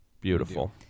Beautiful